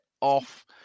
off